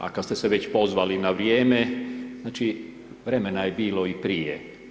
A kad ste se već pozvali na vrijeme, znači, vremena je bilo i prije.